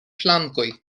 flankoj